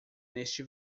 neste